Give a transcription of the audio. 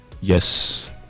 yes